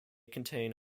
contain